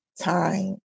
Time